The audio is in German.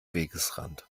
wegesrand